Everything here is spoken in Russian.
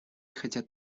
хотят